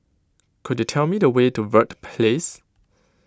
could you tell me the way to Verde Place